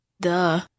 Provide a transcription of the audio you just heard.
Duh